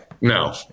no